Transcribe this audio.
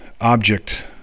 object